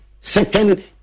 Second